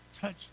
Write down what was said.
touch